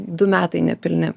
du metai nepilni